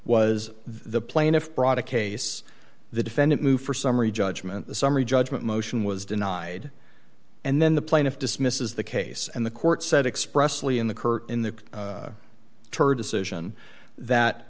was the plaintiff brought a case the defendant moved for summary judgment the summary judgment motion was denied and then the plaintiff dismisses the case and the court said expressly in the kirk in the turd decision that